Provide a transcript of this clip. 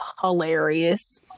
Hilarious